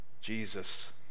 Jesus